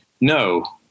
no